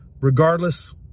Regardless